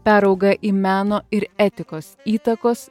perauga į meno ir etikos įtakos